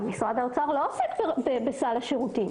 הוא לא עוסק בסל השירותים.